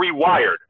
rewired